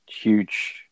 huge